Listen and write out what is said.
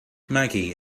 maggie